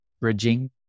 bridging